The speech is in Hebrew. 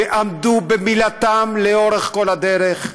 שעמדו במילתם לאורך כל הדרך,